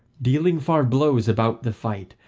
dealing far blows about the fight,